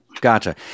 gotcha